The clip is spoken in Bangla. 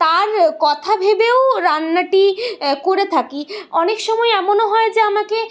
তার কথা ভেবেও রান্নাটি করে থাকি অনেক সময় এমনও হয় যে আমাকে